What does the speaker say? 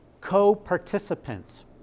co-participants